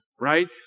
right